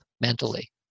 mentally